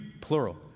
plural